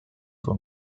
for